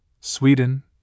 Sweden